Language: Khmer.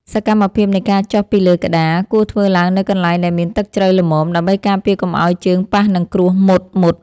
សកម្មភាពនៃការចុះពីលើក្តារ គួរធ្វើឡើងនៅកន្លែងដែលមានទឹកជ្រៅល្មម ដើម្បីការពារកុំឱ្យជើងប៉ះនឹងគ្រួសមុតៗ។